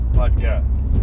podcast